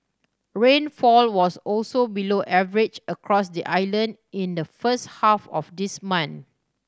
rainfall was also below average across the island in the first half of this month